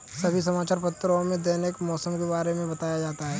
सभी समाचार पत्रों में दैनिक मौसम के बारे में बताया जाता है